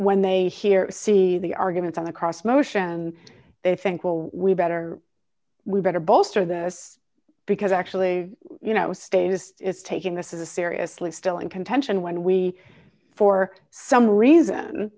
when they hear see the arguments on the cross motion and they think will we better we better bolster this because actually you know status is taking this is a seriously still in contention when we for some reason